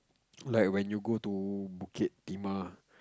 like when you go to Bukit-Timah